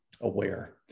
aware